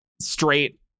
straight